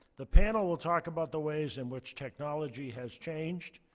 the panel will talk about the ways in which technology has changed.